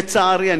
לצערי,